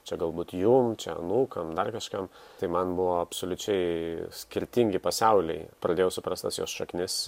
čia galbūt jum čia anūkam dar kažkam tai man buvo absoliučiai skirtingi pasauliai pradėjau suprast tas jos šaknis